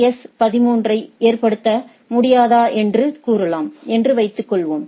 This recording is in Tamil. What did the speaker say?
எஸ் 13 ஐ ஏற்படுத்த முடியாது என்று கூறலாம் என்று வைத்துக்கொள்வோம்